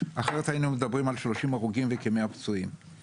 אחרת היינו מדברים על 30 הרוגים וכ-100 פצועים.